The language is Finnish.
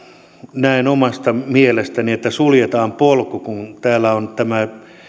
näen omasta mielestäni että tällä esityksellä suljetaan polku kun täällä on tämä